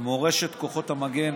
מורשת כוחות המגן,